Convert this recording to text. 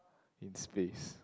in space